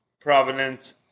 Providence